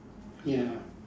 ya